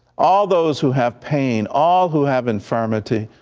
all those who have pain, all who have infirmity,